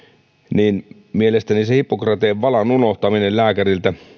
niin hippokrateen valan unohtaminen lääkäriltä